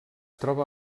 troba